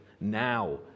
Now